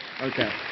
Okay